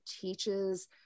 teaches